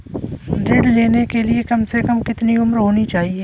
ऋण लेने के लिए कम से कम कितनी उम्र होनी चाहिए?